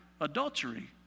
adultery